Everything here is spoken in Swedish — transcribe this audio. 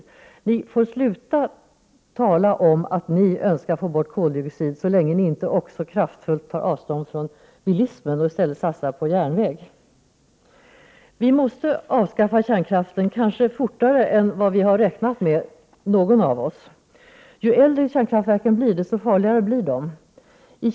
Moderaterna får sluta tala om att de önskar minska koldioxidutsläppen så länge de inte också kraftfullt tar avstånd från bilismen och i stället vill satsa på järnvägen. Vi måste avskaffa kärnkraften, kanske fortare än någon av oss har räknat med. Ju äldre kärnkraftverken blir, desto farligare blir de.